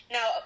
Now